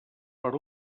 per